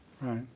Right